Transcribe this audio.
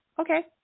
okay